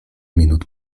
minut